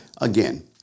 Again